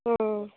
ம் ம்